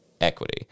equity